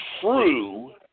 true